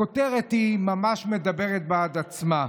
הכותרת ממש מדברת בעד עצמה: